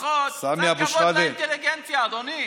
לפחות קצת כבוד לאינטליגנציה, אדוני.